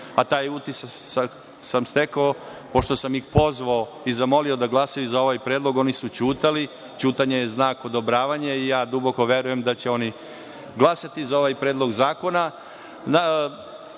a taj utisak sam stekao pošto sam ih pozvao i zamolio da glasaju za ovaj predlog, oni su ćutali, ćutanje je znak odobravanja i ja duboko verujem da će oni glasati za ovaj predlog